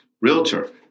realtor